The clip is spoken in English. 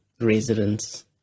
residents